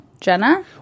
Jenna